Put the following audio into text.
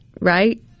right